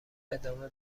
ادامه